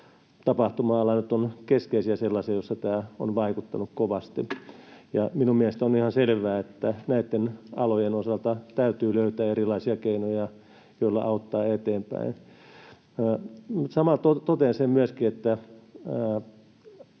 tapahtuma-ala nyt ovat keskeisiä sellaisia, joissa tämä on vaikuttanut kovasti. Minun mielestäni on ihan selvää, että näitten alojen osalta täytyy löytää erilaisia keinoja, joilla auttaa eteenpäin. Samalla totean sen myöskin, että